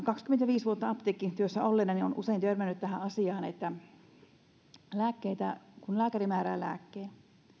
kaksikymmentäviisi vuotta apteekkityössä olleena olen usein törmännyt tähän asiaan että kun lääkäri määrää lääkkeen